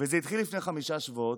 וזה התחיל לפני חמישה שבועות.